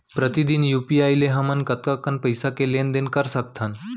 प्रतिदन यू.पी.आई ले हमन कतका कन पइसा के लेन देन ल कर सकथन?